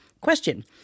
Question